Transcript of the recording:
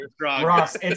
Ross